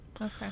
Okay